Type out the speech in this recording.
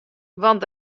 want